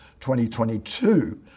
2022